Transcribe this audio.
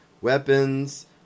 weapons